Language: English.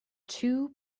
two